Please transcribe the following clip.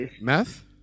meth